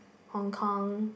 Hong Kong